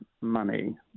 money